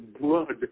blood